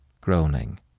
groaning